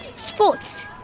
sports,